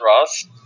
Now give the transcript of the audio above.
Ross